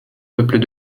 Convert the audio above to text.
peuples